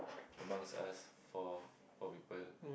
amongst us four four people